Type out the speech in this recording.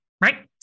right